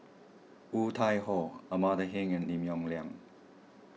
Woon Tai Ho Amanda Heng and Lim Yong Liang